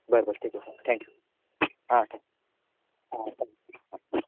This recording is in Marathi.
बरं बरं ठीक आहे सर थँक्यू हां थँ हां चालेल